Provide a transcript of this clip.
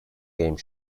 game